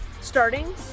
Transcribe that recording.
starting